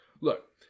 Look